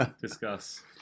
Discuss